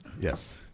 yes